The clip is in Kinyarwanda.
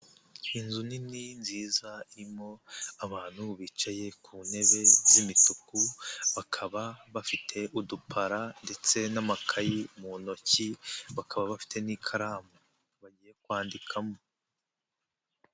Nnzu nini nziza irimo abantu bicaye ku ntebe z'imituku, bakaba bafite udupara ndetse n'amakayi mu ntoki bakaba bafite n'ikaramu bagiye kwandikamo.